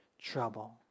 trouble